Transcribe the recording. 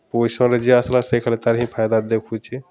ପୋଜିସନ୍ରେ ଯେ ଆଏଲା ସେ ଖାଲି ତାର୍ ଫାଏଦା ଦେଖୁଛେ